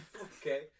Okay